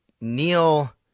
Neil